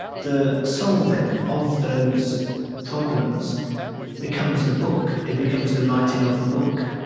the solving of those problems becomes the book. it becomes the writing of the book.